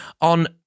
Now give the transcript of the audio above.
on